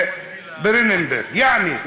יעני,